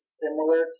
similar